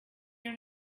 your